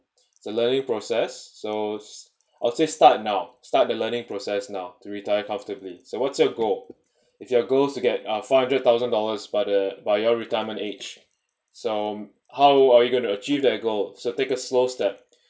it's a learning process so I'll say start now start the learning process now to retire comfortably so what's your goal if your goal is to get uh five hundred thousand dollars by the by your retirement age so how are you going to achieve that goal so take a slow step